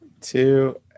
Two